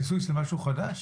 לניסוי של משהו חדש?